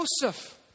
Joseph